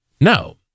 no